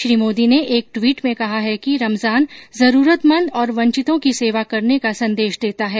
श्री मोदी ने एक ट्वीट में कहा है कि रमजान जरूरतमंद और वंचितों की सेवा करने का संदेश देता है